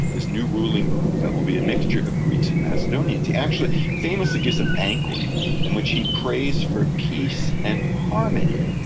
this new ruling group that will be a mixture of greeks and macedonians. he actually famously gives a banquet in which he prays for peace and harmony,